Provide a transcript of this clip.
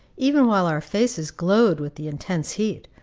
even while our faces glowed with the intense heat,